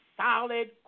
solid